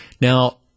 Now